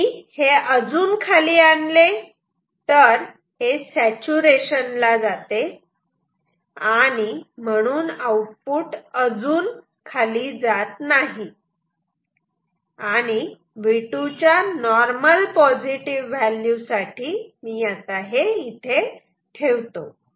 तुम्ही हे अजून खाली आणले तर हे सॅचूरेशन ला जाते आणि म्हणून आऊटपुट अजून खाली जात नाही आणि V2 च्या नॉर्मल पॉझिटिव्ह व्हॅल्यू साठी मी हे इथे ठेवतो